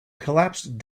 collapsed